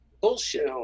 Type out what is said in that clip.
bullshit